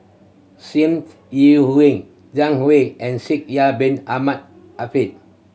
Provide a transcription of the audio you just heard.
Yi Hui Zhang Hui and Shaikh Yahya Bin Ahmed